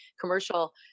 commercial